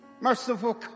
Merciful